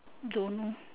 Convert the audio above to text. don't know